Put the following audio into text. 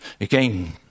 Again